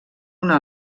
una